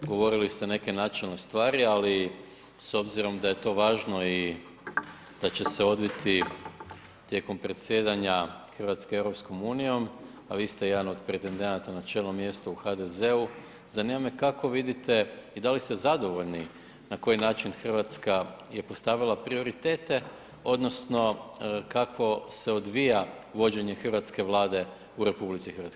Govorili ste neke načelne stvari, ali s obzirom da je to važno i da će se odviti tijekom predsjedanja Hrvatske EU, a vi ste jedan od pretendenata na čelno mjesto u HDZ-u, zanima me kako vidite i da li ste zadovoljni na koji način Hrvatska je postavila prioritete odnosno kako se odvija vođenje hrvatske Vlade u RH?